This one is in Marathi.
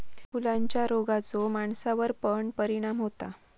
फुलांच्या रोगाचो माणसावर पण परिणाम होता